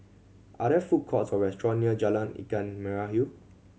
are there food courts or restaurant near Jalan Ikan Merah Hill